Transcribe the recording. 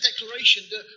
declaration